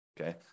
Okay